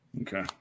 Okay